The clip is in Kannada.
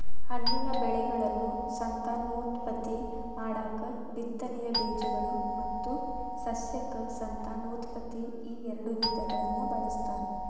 ಹಣ್ಣಿನ ಬೆಳೆಗಳನ್ನು ಸಂತಾನೋತ್ಪತ್ತಿ ಮಾಡಾಕ ಬಿತ್ತನೆಯ ಬೇಜಗಳು ಮತ್ತು ಸಸ್ಯಕ ಸಂತಾನೋತ್ಪತ್ತಿ ಈಎರಡು ವಿಧಗಳನ್ನ ಬಳಸ್ತಾರ